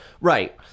right